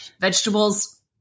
Vegetables